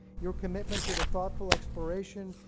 your commitment to the thoughtful exploration,